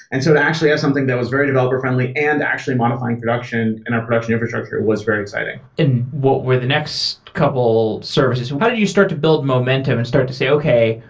and so to actually have something that was very developer friendly and actually modifying production in our production infrastructure was very exciting. and what were the next couple services? how did you start to build momentum and start to say, okay.